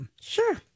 Sure